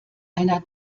einer